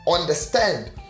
understand